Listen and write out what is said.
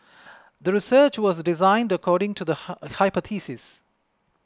the research was designed according to the hypothesis